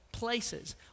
places